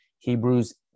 Hebrews